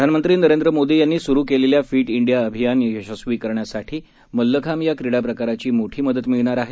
प्रधानमंत्री नरेंद्र मोदी यांनी सुरु केलेल्या फिट डिया अभियान यशस्वी यशस्वी करण्यासाठी मल्लखांब या क्रीडा प्रकाराची मोठी मदत मिळणार आहे